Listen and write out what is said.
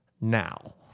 now